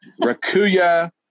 rakuya